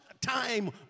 time